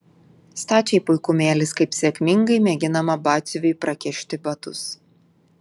stačiai puikumėlis kaip sėkmingai mėginama batsiuviui prakišti batus